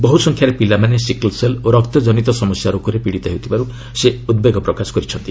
ବହୁସଂଖ୍ୟାରେ ପିଲାମାନେ sickle cell ଓ ରକ୍ତଜନୀତ ସମସ୍ୟା ରୋଗରେ ପୀଡିତ ହେଉଥିବାରୁ ସେ ଉଦ୍ବେଗ ପ୍ରକାଶ କରିଛନ୍ତି